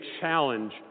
challenge